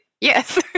yes